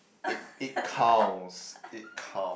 it it counts it count